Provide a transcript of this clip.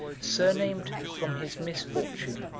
surnamed from his misfortune,